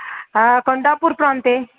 कोन्दापुर्प्रान्ते